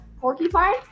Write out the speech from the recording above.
porcupine